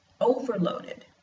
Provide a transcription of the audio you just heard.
overloaded